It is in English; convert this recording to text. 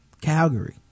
Calgary